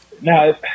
Now